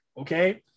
Okay